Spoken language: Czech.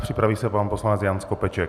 Připraví se pan poslanec Jan Skopeček.